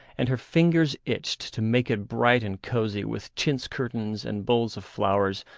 and her fingers itched to make it bright and cosy with chintz curtains and bowls of flowers,